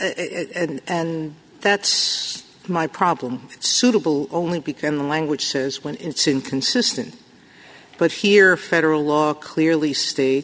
and that's my problem suitable only because the language says when it's inconsistent but here federal law clearly sta